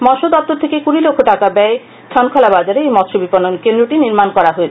মৎস্য দপ্তর থেকে কুডি লক্ষ টাকা ব্যয়ে ছনখলা বাজারে এই মৎস্য বিপনন কেন্দ্রটি নির্মাণ করা হয়েছে